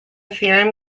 theorem